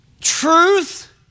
Truth